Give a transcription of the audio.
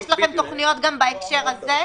יש גם תכניות בהקשר הזה?